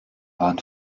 waren